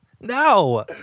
No